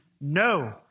no